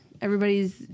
Everybody's